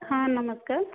ହଁ ନମସ୍କାର